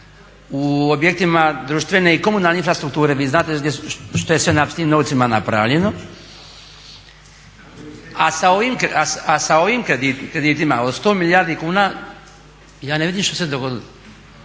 u objektima društvene i komunalne infrastrukture. Vi znate što je sve s tim novcima napravljeno, a sa ovim kreditima od 100 milijardi kuna ja ne vidim što se dogodilo.